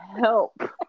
help